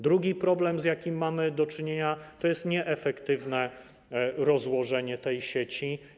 Drugi problem, z jakim mamy do czynienia, to jest nieefektywne rozłożenie tej sieci.